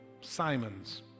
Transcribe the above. Simons